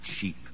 cheap